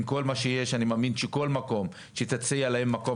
עם כל מה שיש אני מאמין שכל מקום שתציע להם מקום